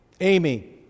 Amy